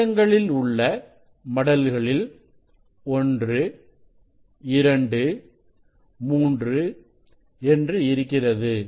பக்கங்களில் உள்ள மடல்களில் 1 2 3 என்று இருக்கிறது